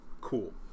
Cool